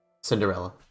Cinderella